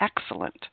excellent